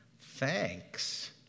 thanks